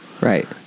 Right